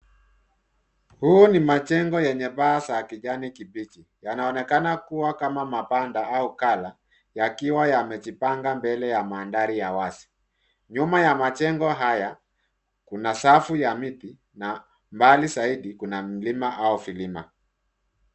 Huu ni majengo yenye paa za kijani kibichi. Yanaonekana kuwa kama mabanda au ghala, yakiwa yamejipanga mbele ya mandhari ya wazi. Nyuma ya majengo haya, kuna safu ya miti na mbali zaidi kuna mlima au vilima.